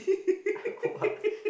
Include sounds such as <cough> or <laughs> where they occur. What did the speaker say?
<laughs> what